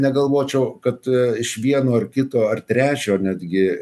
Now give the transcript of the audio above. negalvočiau kad iš vieno ar kito ar trečio netgi